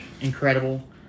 incredible